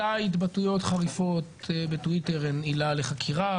מתי התבטאויות חריפות בטוויטר הן עילה לחקירה,